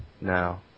now